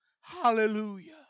Hallelujah